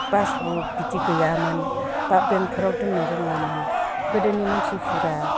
passbook बिदि गैयामोन बा बेंकफोराव दोननो रोङामोन गोदोनि मानसिफोरा